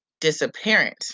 disappearance